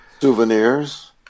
souvenirs